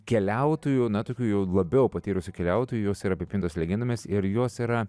keliautojų na tokių jau labiau patyrusių keliautojų jos yra apipintos legendomis ir jos yra